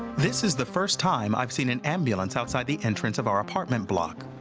this is the first time i've seen an ambulance outside the entrance of our apartment block.